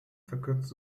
verkürzt